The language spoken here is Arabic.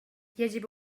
يجب